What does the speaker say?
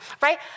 right